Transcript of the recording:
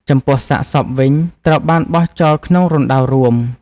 ចំពោះសាកសពវិញ ត្រូវបានបោះចោលក្នុងរណ្ដៅរួម។